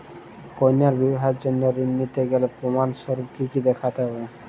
কন্যার বিবাহের জন্য ঋণ নিতে গেলে প্রমাণ স্বরূপ কী কী দেখাতে হবে?